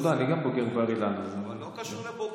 אתה יודע, אני גם בוגר בר-אילן, לא קשור לבוגר.